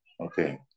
okay